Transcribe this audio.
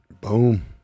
Boom